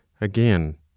Again